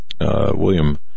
William